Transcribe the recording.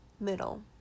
middle